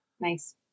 Nice